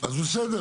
אז זה בסדר,